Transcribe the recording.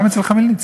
גם אצל חמלניצקי,